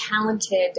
talented